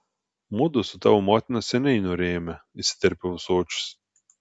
mudu su tavo motina seniai norėjome įsiterpia ūsočius